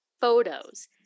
photos